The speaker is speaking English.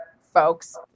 folks